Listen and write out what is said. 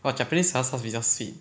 but japanese soya sauce 比较 sweet